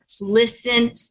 Listen